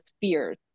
fears